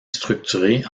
structuré